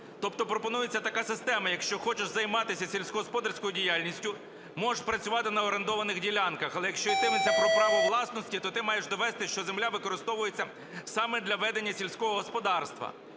Тобто пропонується така система: якщо хочеш займатися сільськогосподарською діяльністю, можеш працювати на орендованих ділянках, але якщо йтиметься про право власності, то ти маєш довести, що земля використовується саме для ведення сільського господарства.